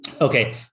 okay